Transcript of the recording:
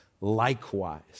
likewise